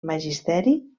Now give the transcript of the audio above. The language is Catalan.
magisteri